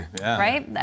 Right